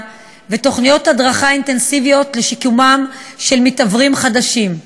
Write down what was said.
ותוכניות הדרכה אינטנסיביות לשיקומם של מתעוורים חדשים.